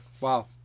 Wow